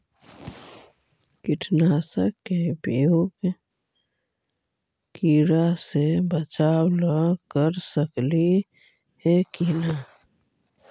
कीटनाशक के उपयोग किड़ा से बचाव ल कर सकली हे की न?